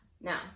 Now